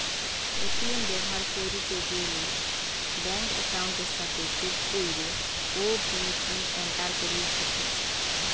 ATM ব্যবহার কইরিতে গ্যালে ব্যাঙ্ক একাউন্টের সাথে যোগ কইরে ও.টি.পি এন্টার করতে হতিছে